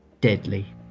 deadly